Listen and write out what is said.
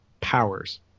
powers